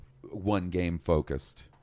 one-game-focused